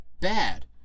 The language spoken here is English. bad